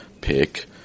pick